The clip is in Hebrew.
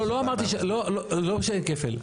לא, לא אמרתי, לא שאין כפל.